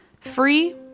Free